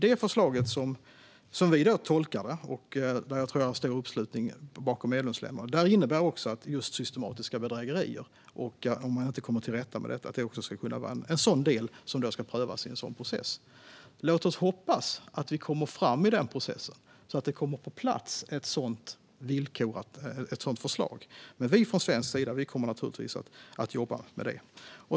Det innebär, som vi tolkar det - och jag tror att vi har en stor uppslutning bland medlemsländerna - att just systematiska bedrägerier och att man inte kommer till rätta med detta ska kunna vara en sådan del som ska prövas i en sådan process. Låt oss hoppas att vi kommer framåt i den processen så att ett sådant förslag kommer på plats. Från svensk sida kommer vi naturligtvis att jobba med det.